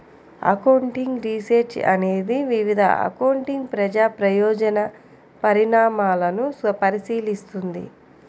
accounting research అనేది వివిధ accounting ప్రజా ప్రయోజన పరిణామాలను పరిశీలిస్తుంది